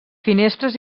finestres